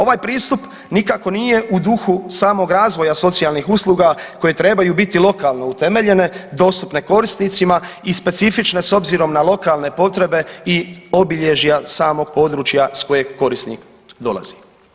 Ovaj pristup nikako nije u duhu samog razvoja socijalnih usluga koje trebaju biti lokalno utemeljene, dostupne korisnicima i specifične s obzirom na lokalne potrebe i obilježja samog područja s kojeg korisnik dolazi.